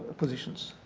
positions.